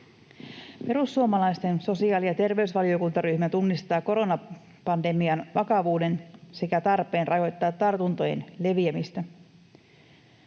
Perussuomalaisten sosiaali- ja terveysvaliokuntaryhmä tunnistaa koronapandemian vakavuuden sekä tarpeen rajoittaa tartuntojen leviämistä.